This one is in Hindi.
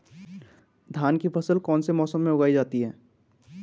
धान की फसल किस मौसम में उगाई जाती है?